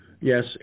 Yes